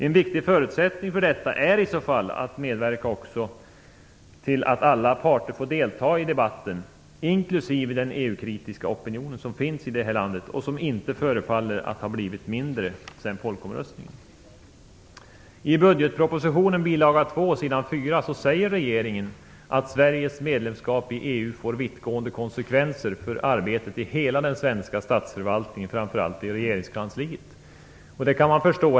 En viktig förutsättning för detta är i så fall att medverka också till att alla parter får delta i debatten, inklusive den EU-kritiska opinion som finns i det här landet och som inte förefaller att ha blivit mindre sedan folkomröstningen. I budgetpropositionen bilaga 2, s. 4, säger regeringen att Sveriges medlemskap i EU får vittgående konsekvenser för arbetet i hela den svenska statsförvaltningen, framför allt i regeringskansliet, och det kan jag förstå.